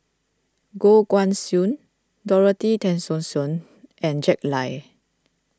Goh Guan Siew Dorothy Tessensohn and Jack Lai